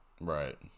Right